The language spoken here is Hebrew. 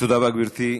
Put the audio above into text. תודה רבה, גברתי.